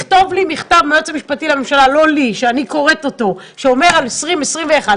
לכתוב מכתב מהיועץ המשפטי לממשלה שמדבר על 2020-2021,